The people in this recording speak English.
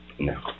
No